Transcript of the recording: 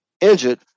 injured